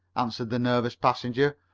answered the nervous passenger.